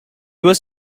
was